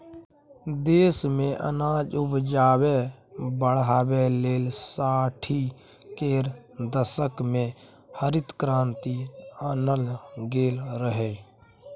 देश मे अनाज उपजाकेँ बढ़ाबै लेल साठि केर दशक मे हरित क्रांति आनल गेल रहय